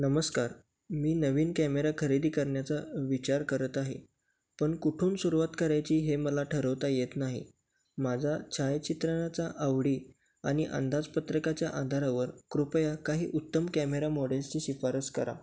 नमस्कार मी नवीन कॅमेरा खरेदी करण्याचा विचार करत आहे पण कुठून सुरवात करायची हे मला ठरवता येत नाही माझा छायाचित्रणाचा आवडी आणि अंदाजपत्रकाच्या आधारावर कृपया काही उत्तम कॅमेरा मॉडेल्सची शिफारस करा